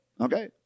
Okay